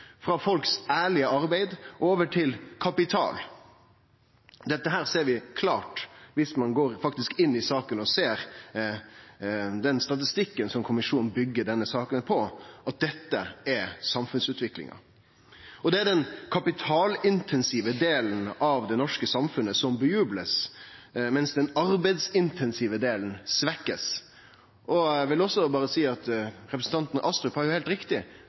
frå folks ærlege arbeid over til kapitalen. Dette ser vi klart dersom ein går inn i saka og ser den statistikken kommisjonen byggjer denne saka på, at dette er samfunnsutviklinga. Det er den kapitalintensive delen av det norske samfunnet som det blir jubla for, mens den arbeidsintensive delen blir svekt. Eg vil også berre seie at representanten Astrup jo har heilt